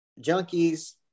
junkies